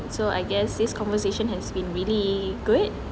so I guess this conversation has been really good